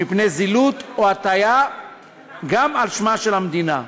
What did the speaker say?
מפני זילות או הטעיה גם על שמה של המדינה.